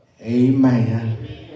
Amen